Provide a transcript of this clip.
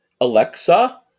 Alexa